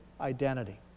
identity